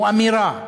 הוא אמירה